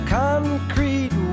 concrete